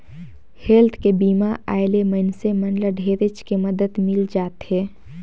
health के बीमा आय ले मइनसे मन ल ढेरेच के मदद मिल जाथे